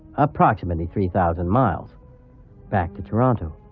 approximately three thousand miles back to toronto.